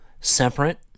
separate